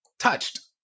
Touched